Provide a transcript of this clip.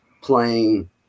playing